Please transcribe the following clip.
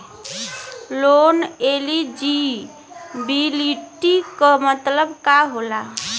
Loan eligibility का मतलब का होला?